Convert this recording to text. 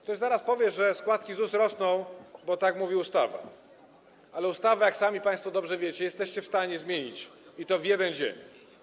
Ktoś zaraz powie, że składki ZUS rosną, bo tak mówi ustawa, ale ustawę, jak sami państwo dobrze wiecie, jesteście w stanie zmienić, i to w jeden dzień.